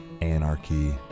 anarchy